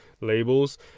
labels